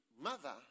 mother